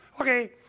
Okay